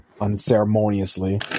unceremoniously